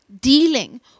dealing